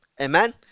Amen